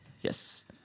Yes